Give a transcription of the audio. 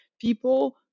people